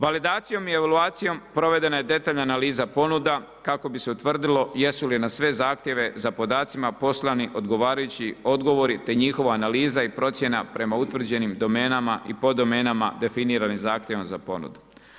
Validacijom i evaluacijom provedena je detaljna analiza ponuda kako bi se utvrdilo jesu li na sve zahtjeve za podacima poslani odgovarajući odgovori te njihova analiza i procjena prema utvrđenim domenama i pod domenama definiranim zahtjevom za ponudu.